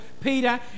Peter